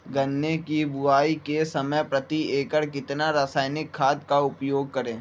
गन्ने की बुवाई के समय प्रति एकड़ कितना रासायनिक खाद का उपयोग करें?